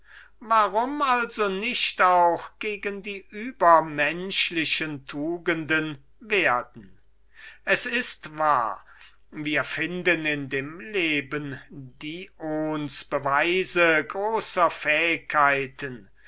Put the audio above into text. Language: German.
warum also nicht gegen die übermenschlichen tugenden werden es ist wahr wir finden in dem leben dions beweise großer fähigkeiten